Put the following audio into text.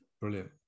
brilliant